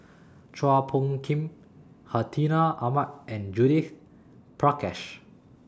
Chua Phung Kim Hartinah Ahmad and Judith Prakash